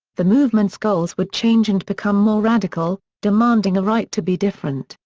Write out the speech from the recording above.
the movement's goals would change and become more radical, demanding a right to be different,